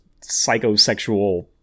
psychosexual